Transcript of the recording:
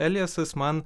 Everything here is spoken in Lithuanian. eliasas man